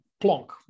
plonk